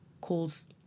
calls